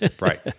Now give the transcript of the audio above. Right